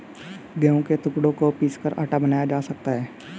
गेहूं के टुकड़ों को पीसकर आटा बनाया जा सकता है